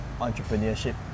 entrepreneurship